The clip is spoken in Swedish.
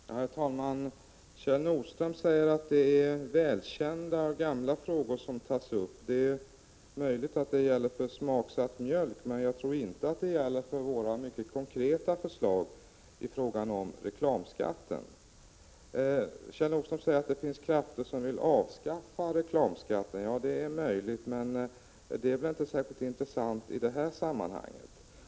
Herr talman! Kjell Nordström säger att det är gamla välkända frågor som tas upp. Det är möjligt att det gäller för frågan om smaksatt mjölk, men jag tror inte att det gäller för våra mycket konkreta förslag i fråga om reklamskatten. Kjell Nordström säger att det finns krafter som vill avskaffa reklamskatten. Det är möjligt, men det är väl inte särskilt intressant i det här sammanhanget.